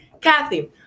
kathy